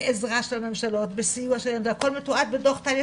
בעזרה של הממשלות בסיוע שלהם - הכול מתועד בדוח טליה